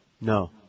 No